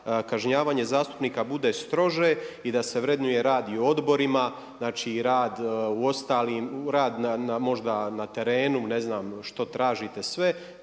kažnjavanje zastupnika bude strože i da se vrednuje rad i odborima, i rad u ostalim, rad na terenu, ne znam što tražite sve